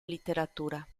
literatura